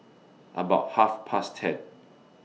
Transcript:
about Half Past ten